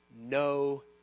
no